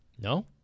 No